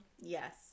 Yes